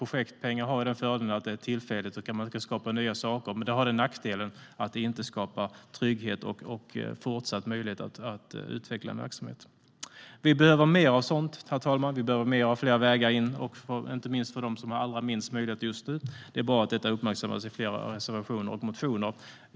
Projektpengar har fördelen att det är tillfälligt, och då går det inte att skapa nya saker, men de har nackdelen att det inte går att skapa trygghet och fortsatta möjligheter att utveckla en verksamhet. Herr talman! Vi behöver mer av flera vägar in, inte minst för dem som har de minsta möjligheterna just nu. Det är bra att det uppmärksammas i flera reservationer och motioner.